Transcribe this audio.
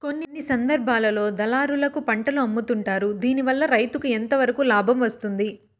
కొన్ని సందర్భాల్లో దళారులకు పంటలు అమ్ముతుంటారు దీనివల్ల రైతుకు ఎంతవరకు లాభం వస్తుంది?